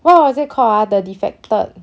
what was it called ah the defected